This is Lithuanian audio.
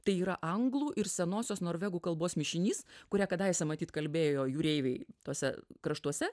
tai yra anglų ir senosios norvegų kalbos mišinys kuria kadaise matyt kalbėjo jūreiviai tuose kraštuose